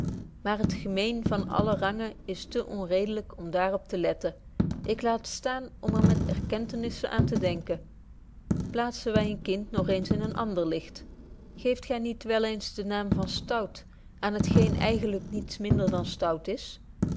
maar het gemeen van allen rang is te onredelyk om dààr op te letten ik laat staan om er met erkentenisse aan te denken plaatsen wy een kind nog eens in een ander licht geeft gy niet wel eens de naam van stout aan het geen eigentlyk niets minder dan stout is